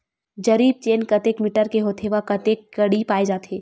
जरीब चेन कतेक मीटर के होथे व कतेक कडी पाए जाथे?